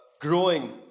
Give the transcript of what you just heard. growing